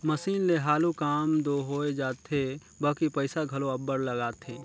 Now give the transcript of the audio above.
machine ले हालु काम दो होए जाथे बकि पइसा घलो अब्बड़ लागथे